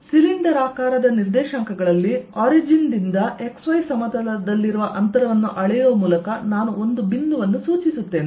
ಸಿಲಿಂಡರಾಕಾರದ ನಿರ್ದೇಶಾಂಕಗಳಲ್ಲಿ ಆರಿಜಿನ್ ದಿಂದ xy ಸಮತಲದಲ್ಲಿರುವ ಅಂತರವನ್ನು ಅಳೆಯುವ ಮೂಲಕ ನಾನು ಒಂದು ಬಿಂದುವನ್ನು ಸೂಚಿಸುತ್ತೇನೆ